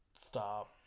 stop